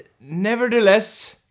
nevertheless